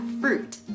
fruit